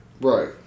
Right